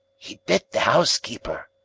e bit the ousekeeper,